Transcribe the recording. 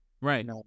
Right